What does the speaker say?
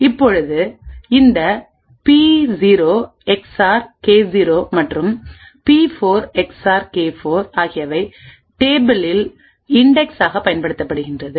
இப்போது இந்த P 0 SR K 0 மற்றும் பி 4 எஸ்ஆர் கே 4 ஆகியவை டேபிளில் இன்டெக்ஸ் ஆக பயன்படுத்தப்படுகின்றது